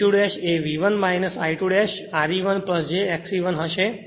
V2 એ V1 I2 R e 1 j X e 1 હશે